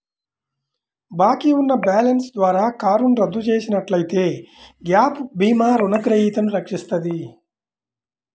బాకీ ఉన్న బ్యాలెన్స్ ద్వారా కారును రద్దు చేసినట్లయితే గ్యాప్ భీమా రుణగ్రహీతను రక్షిస్తది